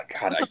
God